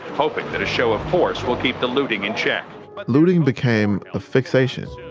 hoping that a show of force will keep the looting in check but looting became a fixation.